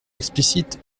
explicite